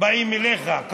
"באים אליך"